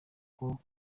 nko